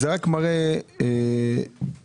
זה רק מראה שלצערנו,